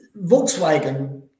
Volkswagen